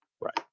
Right